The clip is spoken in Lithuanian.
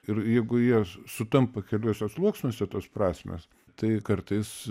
ir jeigu jie sutampa keliuose sluoksniuose tos prasmės tai kartais